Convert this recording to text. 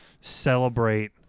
celebrate